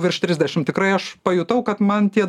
virš trisdešim tikrai aš pajutau kad man tie